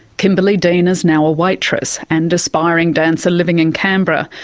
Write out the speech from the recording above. kimberley dean is now a waitress and aspiring dancer living in canberra.